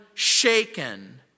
shaken